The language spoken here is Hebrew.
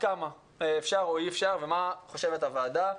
כמה אפשר או אי אפשר ומה חושבת הוועדה.